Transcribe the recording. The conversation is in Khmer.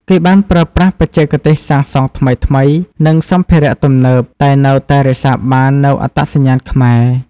គេបានប្រើប្រាស់បច្ចេកទេសសាងសង់ថ្មីៗ និងសម្ភារៈទំនើប តែនៅតែរក្សាបាននូវអត្តសញ្ញាណខ្មែរ។